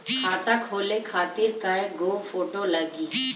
खाता खोले खातिर कय गो फोटो लागी?